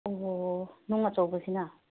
ꯑꯣ ꯍꯣ ꯅꯨꯡ ꯑꯆꯧꯕꯁꯤꯅ